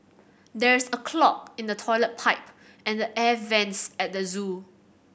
there is a clog in the toilet pipe and the air vents at the zoo